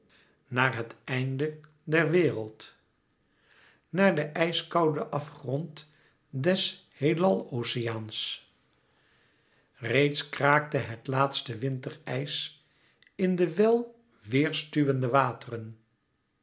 naar het einde der wereld naar den ijskouden afgrond des heelaloceaans reeds kraakte het laatste winterijs in de wel weêr stuwende wateren